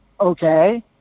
Okay